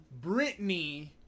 Britney